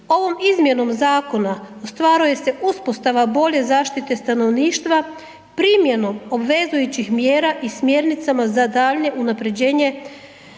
Ovom izmjenom zakona ostvaruje se uspostava bolje zaštite stanovništva primjenom obvezujućih mjera i smjernicama za daljnje unapređenje